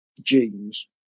jeans